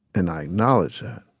and i acknowledge that.